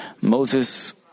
Moses